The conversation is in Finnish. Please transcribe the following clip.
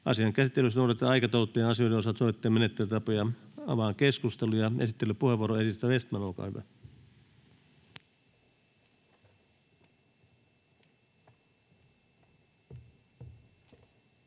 Asian käsittelyssä noudatetaan aikataulutettujen asioiden osalta sovittuja menettelytapoja. — Avaan keskustelun. Esittelypuheenvuoro, edustaja Vestman, olkaa hyvä.